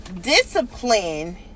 discipline